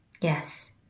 Yes